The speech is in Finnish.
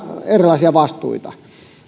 erilaisia vastuita